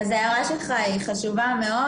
ההערה שלך היא חשובה מאוד